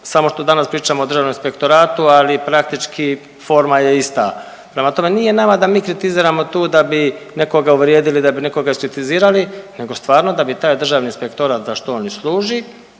samo što danas pričamo o Državnom inspektoratu, ali praktički, forma je ista. Prema tome, nije nama da mi kritiziramo tu da bi nekoga uvrijedili, da bi nekoga iskritizirali, nego stvarno da bi taj Državni inspektorat za što on i služi,